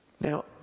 now